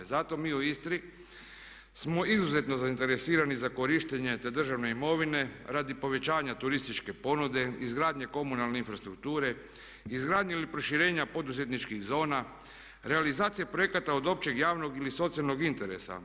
Zato mi u Istri smo izuzetno zainteresirani za korištenje te državne imovine radi povećavanja turističke ponude, izgradnje komunalne infrastrukture, izgradnje ili proširenja poduzetničkih zona, realizacije projekata od općeg, javnog ili socijalnog interesa.